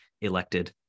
elected